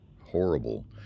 horrible